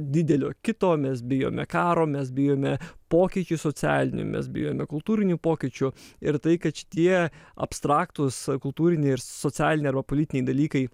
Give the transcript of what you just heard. didelio kito mes bijome karo mes bijome pokyčių socialinių mes bijome kultūrinių pokyčių ir tai kad šitie abstraktūs kultūriniai ir socialiniai arba politiniai dalykai